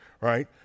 right